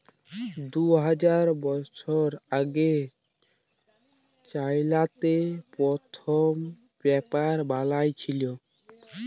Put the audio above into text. দু হাজার বসর আগে চাইলাতে পথ্থম পেপার বালাঁই ছিল